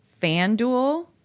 FanDuel